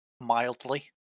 mildly